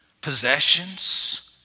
Possessions